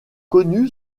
connue